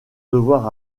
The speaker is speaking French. devoir